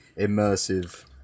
immersive